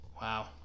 Wow